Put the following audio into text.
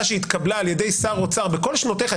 שהתקבלה על ידי שר אוצר בכל שנותיך,